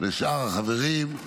ושאר החברים.